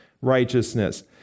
righteousness